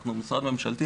אנחנו משרד ממשלתי,